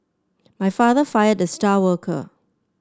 my father fired the star worker